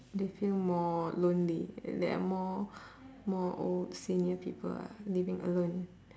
they feel more lonely uh there are more more old senior people ah living alone